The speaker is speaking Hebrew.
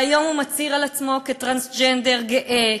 והיום הוא מצהיר על עצמו כטרנסג'נדר גאה,